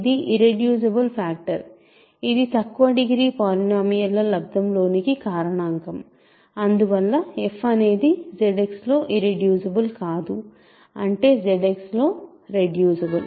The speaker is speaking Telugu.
ఇది ఇర్రెడ్యూసిబుల్ ఫ్యాక్టర్ ఇది తక్కువ డిగ్రీ పోలినోమియల్ ల లబ్దం లోకి కారణాంకం అందువల్ల f అనేది ZX లో ఇర్రెడ్యూసిబుల్ కాదు అంటే ZX లో రెడ్యూసిబుల్